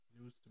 News